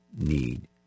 need